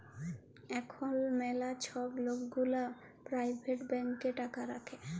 এখল ম্যালা ছব লক গুলা পারাইভেট ব্যাংকে টাকা রাখে